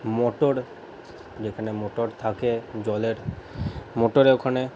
motor যেখানে motor থাকে জলের মোটরের ওখানে